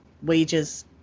wages